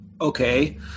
Okay